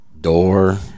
door